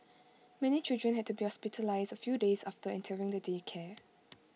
many children had to be hospitalised A few days after entering the daycare